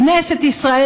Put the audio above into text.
כנסת ישראל,